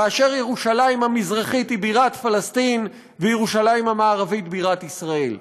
כאשר ירושלים המזרחית היא בירת פלסטין וירושלים המערבית בירת ישראל.